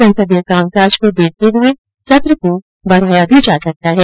संसदीय कामकाज को देखते हुए सत्र को बढ़ाया भी जा सकता है